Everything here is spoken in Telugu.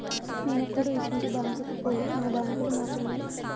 నేనెప్పుడూ ఇసుంటి బాంకుకు పోలే, మా బాంకులు మాకున్నయ్